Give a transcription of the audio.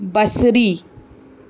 बसरी